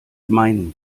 mein